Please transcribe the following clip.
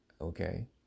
okay